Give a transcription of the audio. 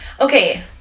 Okay